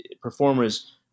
performers